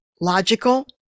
logical